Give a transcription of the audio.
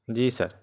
جی سر